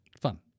fun